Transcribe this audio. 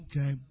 Okay